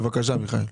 בבקשה, מיכאל.